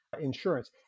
insurance